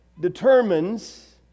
determines